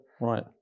right